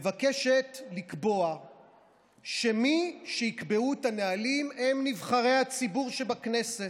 מבקשת לקבוע שמי שיקבעו את הנהלים הם נבחרי הציבור שבכנסת,